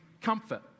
comfort